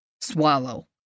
Swallow